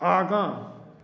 आगाँ